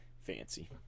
Fancy